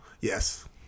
Yes